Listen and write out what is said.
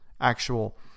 actual